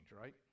right